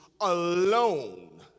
alone